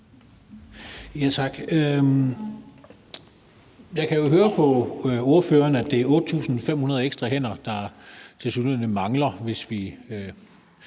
Tak. Jeg kan jo høre på ordføreren, at det reelt set er 8.500 ekstra hænder, der tilsyneladende mangler, hvis vi